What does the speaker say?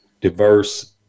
diverse